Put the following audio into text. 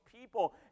people